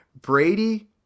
Brady